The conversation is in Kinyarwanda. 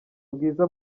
bwiza